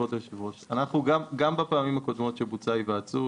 גם בפעמים הקודמות שבוצעה ההיוועצות,